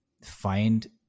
find